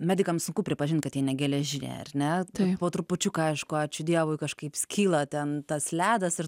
medikams sunku pripažint kad ji ne geležiniai ar ne po trupučiuką aišku ačiū dievui kažkaip skyla ten tas ledas ir